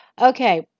Okay